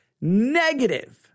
negative